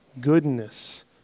goodness